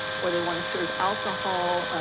or they wanna serve alcohol,